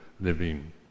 living